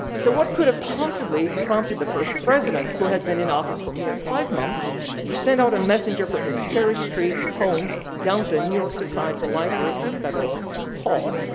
so what could have possibly prompted the first president who had been in office for mere five months to send out a messenger for his cherry street home down to new york society library in federal hall.